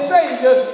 Savior